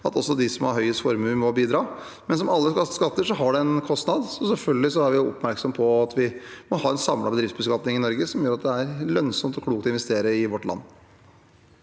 at også de som har høyest formue, må bidra. Som med alle skatter har det en kostnad, så selvfølgelig er vi oppmerksomme på at vi må ha en samlet bedriftsbeskatning i Norge som gjør at det er lønnsomt og klokt å investere i vårt land.